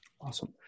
Awesome